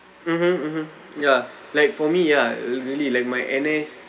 mmhmm mmhmm ya like for me ah really like my N_S